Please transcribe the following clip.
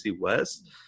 West